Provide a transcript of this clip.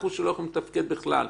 בכלל,